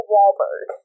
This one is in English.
Wahlberg